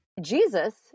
Jesus